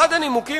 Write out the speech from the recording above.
אחד הנימוקים,